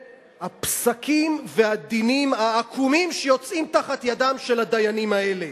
הפסקים והדינים העקומים שיוצאים מתחת ידם של הדיינים האלה